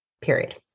period